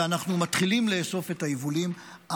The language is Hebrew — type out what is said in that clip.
ואנחנו מתחילים לאסוף את היבולים,